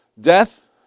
Death